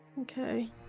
Okay